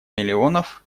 миллионов